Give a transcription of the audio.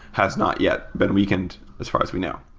has not yet been weakened as far as we know.